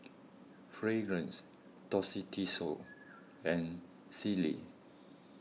Fragrance Tostitos and Sealy